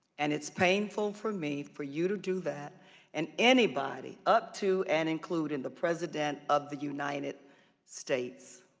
and it's painful for me for you to do that and anybody up to and including the president of the united states.